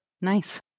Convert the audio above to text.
Nice